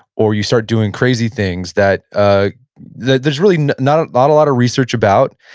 or you start doing crazy things that ah that there's really not a lot lot of research about,